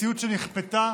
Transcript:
מציאות שנכפתה